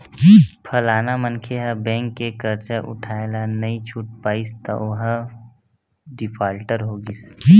फलाना मनखे ह बेंक के करजा उठाय ल नइ छूट पाइस त ओहा डिफाल्टर हो गिस